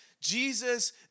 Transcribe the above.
Jesus